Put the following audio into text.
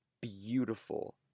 beautiful